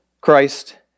Christ